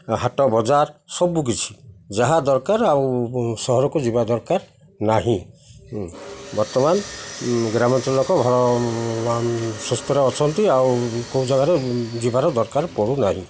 ହାଟ ବଜାର ସବୁକିଛି ଯାହା ଦରକାର ଆଉ ସହରକୁ ଯିବା ଦରକାର ନାହିଁ ବର୍ତ୍ତମାନ ଗ୍ରାମାଞ୍ଚଳ ଲୋକ ଭଲ ସୁସ୍ଥରେ ଅଛନ୍ତି ଆଉ କେଉଁ ଜାଗାରେ ଯିବାର ଦରକାର ପଡ଼ୁନାହିଁ